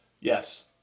yes